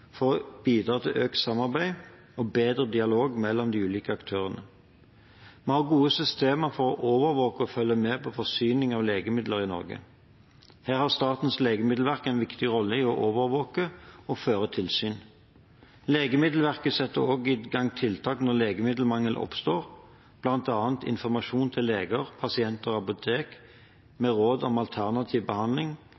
for å bidra til økt samarbeid og bedre dialog mellom de ulike aktørene. Vi har gode systemer for å overvåke og følge med på forsyninger av legemidler i Norge. Her har Statens legemiddelverk en viktig rolle i å overvåke og føre tilsyn. Legemiddelverket setter også i gang tiltak når legemiddelmangel oppstår, bl.a. informasjon til leger, pasienter og